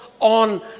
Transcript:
On